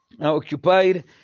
occupied